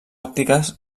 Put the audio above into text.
òptiques